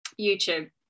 YouTube